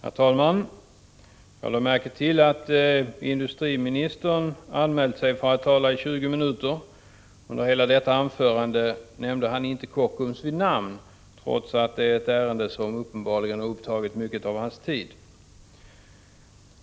Herr talman! Jag lade märke till att industriministern hade anmält sig för att tala under 20 minuter. Under hela detta anförande nämnde han inte Kockums vid namn, trots att det är ett ärende som uppenbarligen tagit mycket av hans tid.